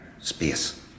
space